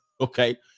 okay